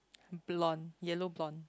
blonde yellow blonde